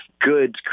goods